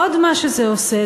עוד מה שזה עושה,